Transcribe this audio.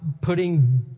putting